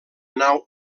nau